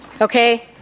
Okay